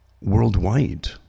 worldwide